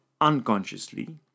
unconsciously